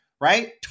right